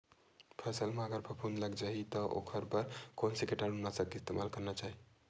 फसल म अगर फफूंद लग जा ही ओखर बर कोन से कीटानु नाशक के इस्तेमाल करना चाहि?